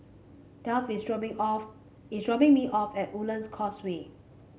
Duff is dropping off is dropping me off at Woodlands Causeway